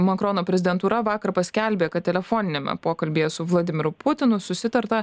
makrono prezidentūra vakar paskelbė kad telefoniniame pokalbyje su vladimiru putinu susitarta